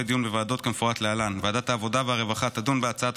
לדיון בוועדות כמפורט להלן: ועדת העבודה והרווחה תדון בהצעת